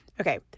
Okay